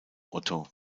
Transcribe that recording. otto